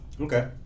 Okay